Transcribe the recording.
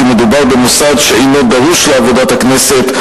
מדובר במוסד שאינו דרוש לעבודת הכנסת,